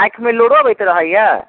आँखिमे लोड़ो अबैत रहैया